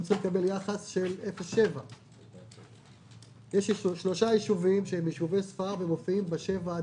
הם צריכים לקבל יחס של 0 7. יש שלושה יישובי ספר שמופיעים ב-7 20: